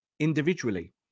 individually